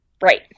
Right